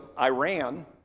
Iran